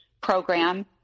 program